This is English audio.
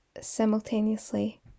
simultaneously